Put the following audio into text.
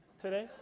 today